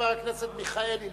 חבר הכנסת מיכאלי,